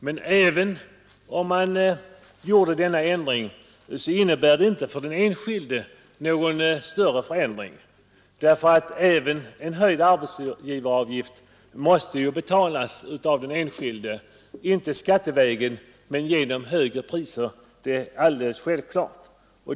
Men fastän man gjorde denna ändring, innebär det inte någon större förändring för den enskilde, eftersom även en höjd arbetsgivaravgift måste betalas av den enskilde, inte skattevägen, men genom högre priser — det är alldeles självklart.